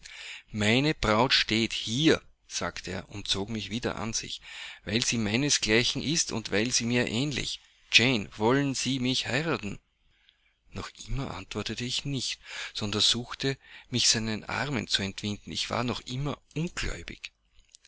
meine braut steht hier sagte er und zog mich wieder an sich weil sie meinesgleichen ist und weil sie mir ähnlich jane wollen sie mich heiraten noch immer antwortete ich nicht sondern suchte mich seinen armen zu entwinden ich war noch immer ungläubig